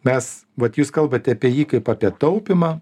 mes vat jūs kalbat apie jį kaip apie taupymą